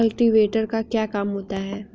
Cultivator का क्या काम होता है?